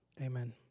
Amen